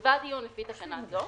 נקבע דיון לפי תקנה זו,